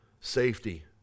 Safety